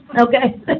Okay